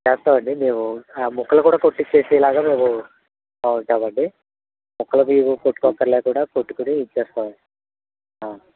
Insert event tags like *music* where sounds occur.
వేస్తామండి మేము ముక్కలు కూడా కొట్టి ఇచ్చేలా మేము *unintelligible* ముక్కలు అవి మీరు కొట్టుకోక్కర్లేకుండా కొట్టి ఇచ్చేస్తాం